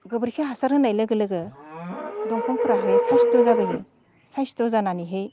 गोबोरखि हासार होनाय लोगो लोगो दंफांफोराहाय सायस्थ' जाबोयो सायस्थ' जानानैहाय